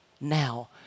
now